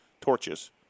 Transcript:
torches